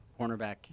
cornerback